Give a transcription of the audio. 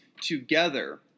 together